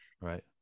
Right